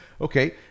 okay